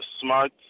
smart